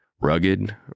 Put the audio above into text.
Rugged